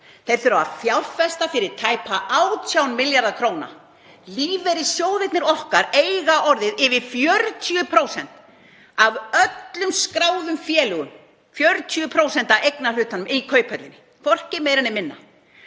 Þeir þurfa að fjárfesta fyrir tæpa 18 milljarða kr. Lífeyrissjóðirnir okkar eiga orðið yfir 40% af öllum skráðum félögum, 40% af eignarhlutanum í Kauphöllinni, hvorki meira né minna.